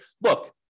look